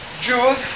Jews